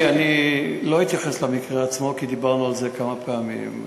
לא אתייחס למקרה עצמו, כי דיברנו על זה כמה פעמים.